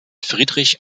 friedrich